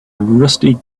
rusty